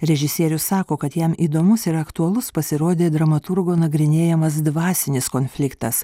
režisierius sako kad jam įdomus ir aktualus pasirodė dramaturgo nagrinėjamas dvasinis konfliktas